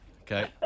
Okay